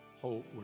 hope